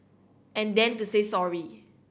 and then to say sorry